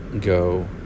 go